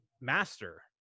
master